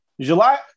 July